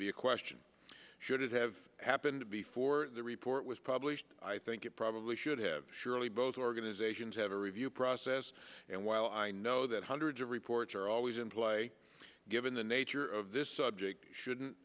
be a question should it have happened before the report was published i think it probably should have surely both organizations have a review process and while i know that hundreds of reports are always in play given the nature of this subject shouldn't